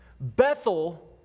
Bethel